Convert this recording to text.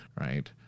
right